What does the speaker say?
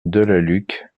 delalucque